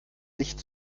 nicht